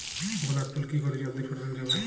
গোলাপ ফুল কি করে জলদি ফোটানো যাবে?